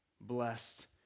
blessed